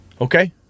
Okay